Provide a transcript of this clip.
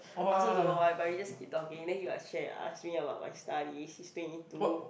I also don't know why but we just keep talking then he like share ask me about my studies he's twenty two